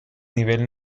nivel